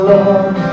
Lord